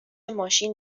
ماشین